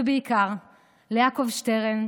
ובעיקר ליעקב שטרן,